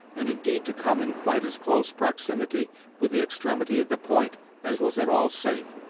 and, indeed, to come in quite as close proximity with the extremity of the point as was at all safe.